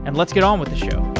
and let's get on with the show